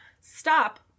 Stop